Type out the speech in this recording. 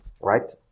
right